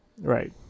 right